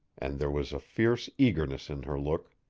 and there was a fierce eagerness in her look.